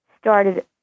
started